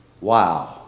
wow